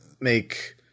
make